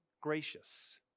gracious